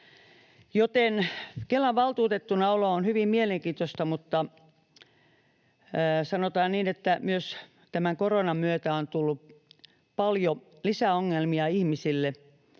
Joten Kelan valtuutettuna olo on hyvin mielenkiintoista, mutta sanotaan niin, että myös tämän koronan myötä on tullut paljon lisäongelmia ihmisille.